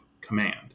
command